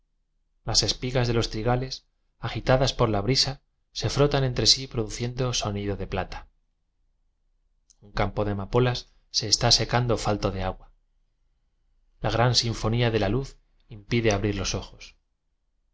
las espigas de los trigales agitadas por la brisa se frotan entre sí produciendo sonido de plata un campo de amapolas se está secando falto de agua la gran sinfonía de la luz impide abrir los ojos